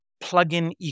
Plug-in